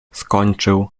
skończył